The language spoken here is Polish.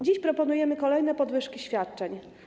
Dziś proponujemy kolejne podwyżki świadczeń.